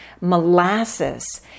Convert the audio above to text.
molasses